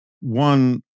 one